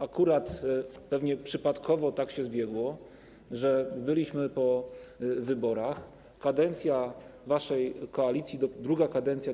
Akurat pewnie przypadkowo tak się zbiegło, że byliśmy po wyborach, druga kadencja waszej koalicji